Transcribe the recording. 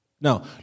now